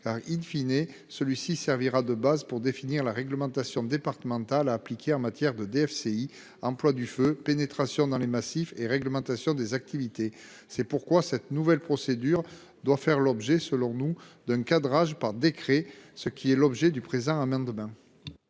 classement., celui-ci servira de base pour définir la réglementation départementale à appliquer en matière de DFCI- emploi du feu, pénétration dans les massifs et réglementation des activités. C'est la raison pour laquelle cette nouvelle procédure doit faire l'objet, selon nous, d'un cadrage par décret. Quel est l'avis de la commission